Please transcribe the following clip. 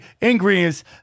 ingredients